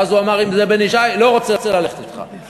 ואז הוא אמר: אם זה בן ישי, לא רוצה ללכת אתך.